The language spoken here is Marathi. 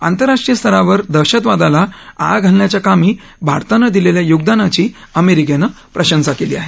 आंतरराष्ट्रीय स्तरावर दहशतवादाला आळा घालण्याच्या कामी भारतानं दिलेल्या योगदानाची अमेरिकेनं प्रशंसा केली आहे